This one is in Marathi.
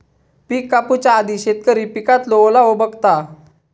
पिक कापूच्या आधी शेतकरी पिकातलो ओलावो बघता